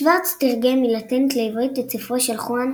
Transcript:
שורץ תרגם מלטינית לעברית את ספרו של חואן